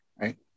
right